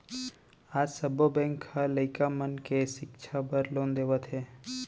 आज सब्बो बेंक ह लइका मन के सिक्छा बर लोन देवत हे